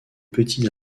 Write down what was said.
petits